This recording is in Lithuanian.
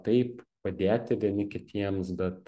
taip padėti vieni kitiems bet